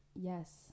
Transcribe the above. Yes